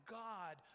god